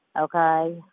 Okay